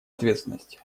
ответственность